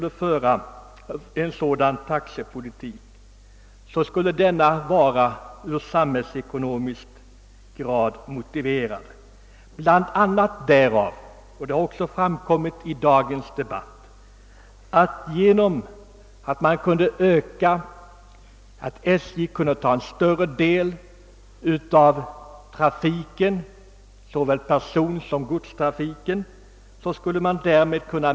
En sådan taxepolitik i SJ tror jag också är samhällsekonomiskt motiverad, bl.a. därför — vilket också har framhållits i dagens debatt — att SJ genom all kunna ta en större 'del av såväl personsom godstrafiken.